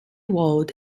wold